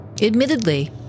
Admittedly